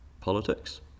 politics